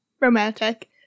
romantic